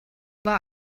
war